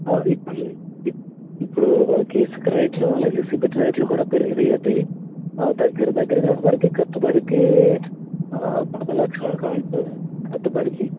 ఆ ఇప్పుడు ఈ ఇప్పు ఇప్పుడు మనకి ఇసుక రెట్లు అలాగే సిమెంట్ రేట్లు కూడా పెరిగినాయండి ఆ దగ్గర దగ్గరగా మనకి ఖర్చు మనకి పది లక్షలకైతే కట్టుబడిద్ది